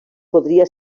podria